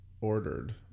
ordered